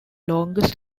longest